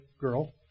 girl